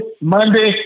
Monday